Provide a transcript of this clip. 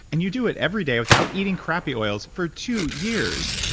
and you do it every day without eating crappy oils for two years,